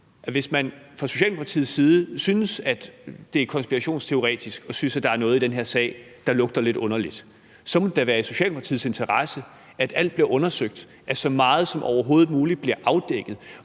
hvis man fra Socialdemokratiets side synes, at det er konspirationsteoretisk at synes, at der er noget i den her sag, der lugter lidt underligt, så må det da være i Socialdemokratiets interesse, at alt bliver undersøgt, og at så meget som overhovedet muligt bliver afdækket.